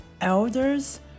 elders